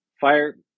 fire